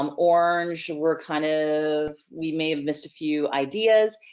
um orange and we're kind of, we may have missed a few ideas,